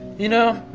you know,